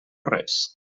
res